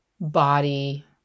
body